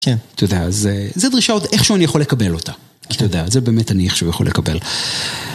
כן. אתה יודע, זה דרישה עוד איכשהו אני יכול לקבל אותה. אתה יודע, זה באמת אני איכשהו יכול לקבל.